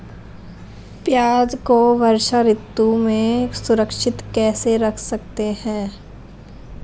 प्याज़ को वर्षा ऋतु में सुरक्षित कैसे रख सकते हैं?